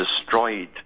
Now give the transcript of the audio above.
destroyed